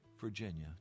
Virginia